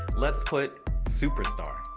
let's put super star.